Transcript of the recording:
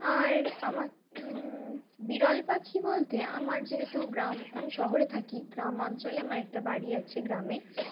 আর আমা বড়ল পাখি বলতে আমার যেহেতু গ্রাম আমি শহরে থাকি গ্রাম অঞ্চলে আমার একটা বাড়ি আছে গ্রামে